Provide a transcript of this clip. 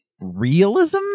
realism